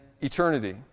eternity